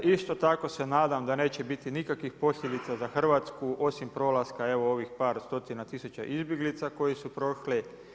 Isto tako se nadam da neće biti nikakvih posljedica za Hrvatsku osim prolaska evo ovih par stotina tisuća izbjeglica koji su prošli.